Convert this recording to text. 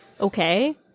Okay